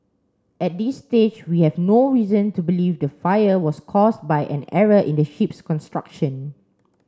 at this stage we have no reason to believe the fire was caused by an error in the ship's construction